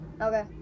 Okay